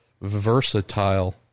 versatile